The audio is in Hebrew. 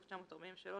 1943,